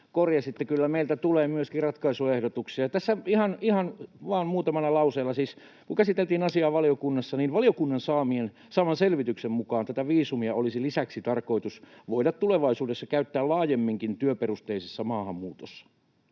korjasitte. Kyllä meiltä tulee myöskin ratkaisuehdotuksia. Tässä ihan vain muutamalla lauseella: Siis kun käsiteltiin asiaa valiokunnassa, valiokunnan saaman selvityksen mukaan tätä viisumia olisi lisäksi tarkoitus voida tulevaisuudessa käyttää laajemminkin työperusteisessa maahanmuutossa.